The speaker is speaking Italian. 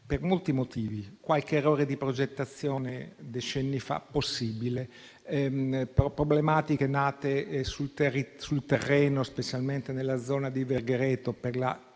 per molti motivi. Qualche errore di progettazione decenni fa? Possibile. Problematiche nate, specialmente nella zona di Verghereto,